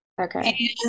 Okay